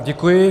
Děkuji.